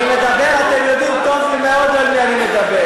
אני מדבר, אתם יודעים טוב מאוד על מי אני מדבר.